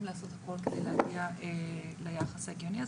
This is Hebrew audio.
לעשות הכל כדי להגיע ליחס ההגיוני הזה.